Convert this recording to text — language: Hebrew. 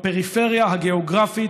בפריפריה הגיאוגרפית,